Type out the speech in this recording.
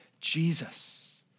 Jesus